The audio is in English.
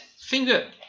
finger